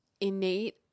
innate